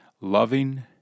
loving